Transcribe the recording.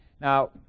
now